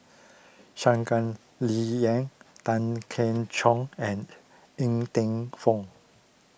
Shangguan Liuyun Tan Keong Choon and Ng Teng Fong